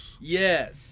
Yes